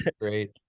great